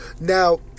now